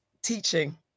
Teaching